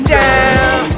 down